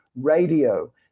radio